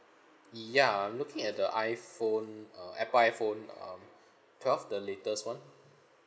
ya I'm looking at the iphone uh apple iphone um twelve the latest one